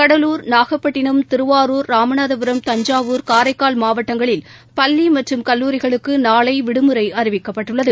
கடலூர் நாகப்பட்டினம் திருவாரூர் ராமநாதபுரம் தஞ்சாவூர் காரைக்கால் மாவட்டங்களில் பள்ளி மற்றும் கல்லூரிகளுக்கு நாளை விடுமுறை அறிவிக்கப்பட்டுள்ளது